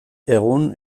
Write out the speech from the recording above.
egun